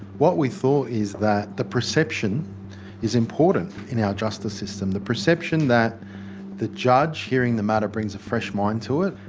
what we thought is that the perception is important in our justice system, the perception that the judge hearing the matter brings a fresh mind to it.